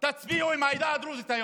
אנחנו מצביעים עם העדה הדרוזית,